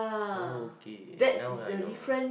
okay now I know